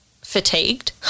fatigued